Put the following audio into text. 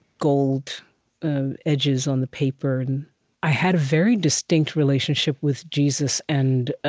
gold edges on the paper. and i had a very distinct relationship with jesus and